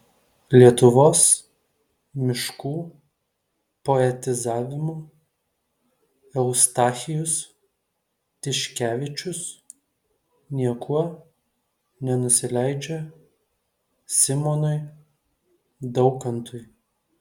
lietuvos miškų poetizavimu eustachijus tiškevičius niekuo nenusileidžia simonui daukantui